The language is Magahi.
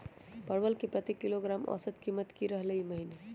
परवल के प्रति किलोग्राम औसत कीमत की रहलई र ई महीने?